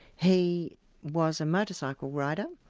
he was a motorcycle rider,